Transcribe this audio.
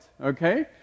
okay